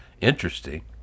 interesting